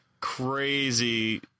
Crazy